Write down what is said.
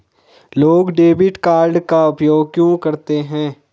लोग debit card का उपयोग क्यों करते हैं?